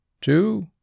Two